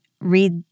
read